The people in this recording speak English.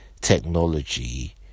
technology